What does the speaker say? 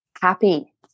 happy